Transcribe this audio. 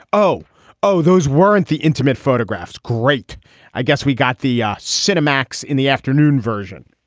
oh oh those weren't the intimate photographs. great i guess we got the yeah cinemax in the afternoon version.